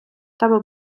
тебе